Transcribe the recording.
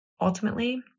ultimately